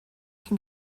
can